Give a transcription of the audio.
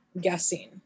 guessing